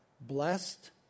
blessed